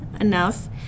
enough